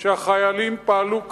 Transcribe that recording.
שהחיילים פעלו כראוי.